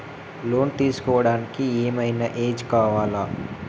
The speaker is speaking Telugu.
లోన్ తీస్కోవడానికి ఏం ఐనా ఏజ్ కావాలా?